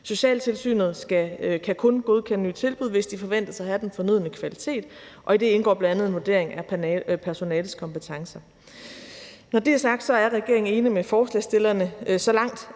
Socialtilsynet kan kun godkende et tilbud, hvis det forventes at have den fornødne kvalitet, og i det indgår bl.a. en vurdering af personalets kompetencer. Kl. 12:15 Når det er sagt, er regeringen enig med forslagsstillerne så langt,